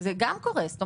זה קורה לא